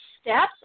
steps